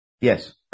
Yes